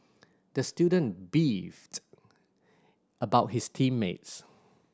the student beefed about his team mates